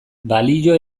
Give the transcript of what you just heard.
balio